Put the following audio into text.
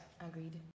agreed